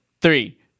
three